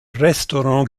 restaurants